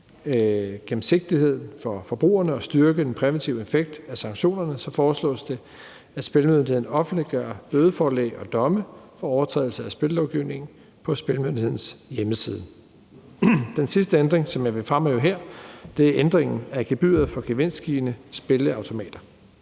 gennemsigtighed for forbrugerne og for at styrke den præventive effekt af sanktionerne foreslås det, at Spillemyndigheden offentliggør bødeforelæg og domme for overtrædelse af spillovgivningen på Spillemyndighedens hjemmeside. Den sidste ændring, som jeg vil fremhæve her, er ændringen af gebyret på gevinstgivende spilleautomater.